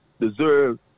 deserve